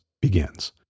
begins